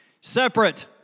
Separate